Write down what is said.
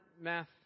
math